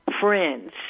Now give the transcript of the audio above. friends